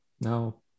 No